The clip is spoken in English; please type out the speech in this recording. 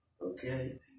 Okay